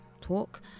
talk